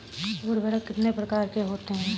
उर्वरक कितने प्रकार के होते हैं?